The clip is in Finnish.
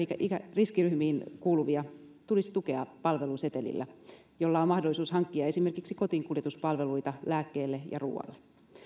riskiryhmiin kuuluvia tulisi tukea palvelusetelillä jolla on mahdollisuus hankkia esimerkiksi kotiinkuljetuspalveluita lääkkeille ja ruualle